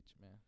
man